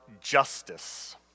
justice